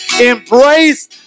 embrace